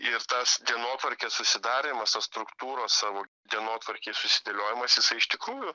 ir tas dienotvarkės susidarymas tos struktūros savo dienotvarkėj susidėliojamas jisai iš tikrųjų